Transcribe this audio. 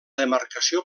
demarcació